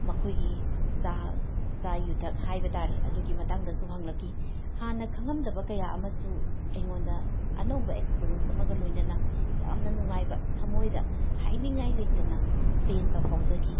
ꯃꯈꯣꯏꯒꯤ ꯆꯥꯛꯆꯥ ꯌꯨꯊꯛ ꯍꯥꯏꯕ ꯇꯥꯔꯦ ꯑꯗꯨꯒꯤ ꯃꯇꯥꯡꯗꯁꯨ ꯍꯪꯂꯛꯈꯤ ꯍꯥꯟꯅ ꯈꯪꯉꯝꯗꯕ ꯀꯌꯥ ꯑꯃꯁꯨ ꯑꯩꯉꯣꯟꯗ ꯑꯅꯧꯕ ꯑꯦꯛꯁꯄꯔꯦꯟꯁ ꯑꯃꯒ ꯂꯣꯏꯅꯅ ꯌꯥꯝꯅ ꯅꯨꯡꯉꯥꯏꯕ ꯊꯃꯣꯏꯗ ꯍꯥꯏꯅꯤꯡꯉꯥꯏ ꯂꯩꯇꯅ ꯄꯦꯟꯕ ꯐꯥꯎꯖꯈꯤ